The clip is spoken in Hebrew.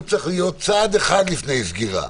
הוא צריך להיות צעד אחד לפני סגירה.